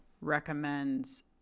recommends